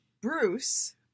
Bruce